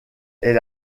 est